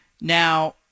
Now